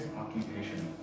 occupation